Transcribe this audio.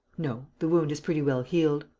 no. the wound is pretty well healed.